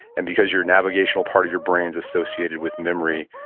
and because your navigational part of your brain is associated with memory,